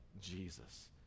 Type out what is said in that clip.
Jesus